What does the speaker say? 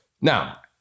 Now